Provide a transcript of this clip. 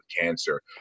cancer